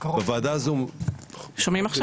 בוועדה הזו בנועם.